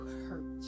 hurt